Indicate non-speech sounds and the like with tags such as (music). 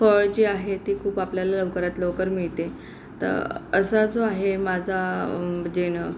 फळ जे आहे ते खूप आपल्याला लवकरात लवकर मिळते तर असा जो आहे माझा (unintelligible)